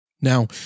Now